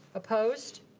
opposed?